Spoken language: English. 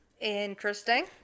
Interesting